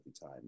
time